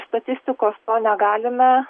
statistikos to negalime